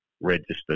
registered